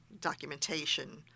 documentation